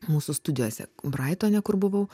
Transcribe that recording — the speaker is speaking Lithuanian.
mūsų studijose braitone kur buvau